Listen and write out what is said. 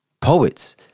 poets